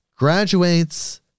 graduates